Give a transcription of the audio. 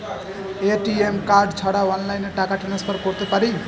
ATM card ছাড়া অনলাইনে টাকা টান্সফার করতে পারি?